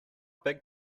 big